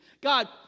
God